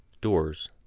doors